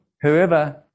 whoever